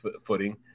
footing